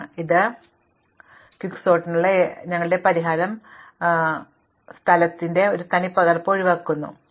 ഇപ്പോൾ ക്വിക്സോർട്ടിനുള്ള ഞങ്ങളുടെ പരിഹാരം സ്ഥലത്തിന്റെ ഈ തനിപ്പകർപ്പ് ഒഴിവാക്കുന്നു പക്ഷേ ഇത് ആവർത്തനമാണ്